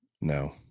No